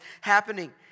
happening